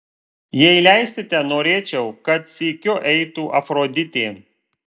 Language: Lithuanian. jei leisite norėčiau kad sykiu eitų afroditė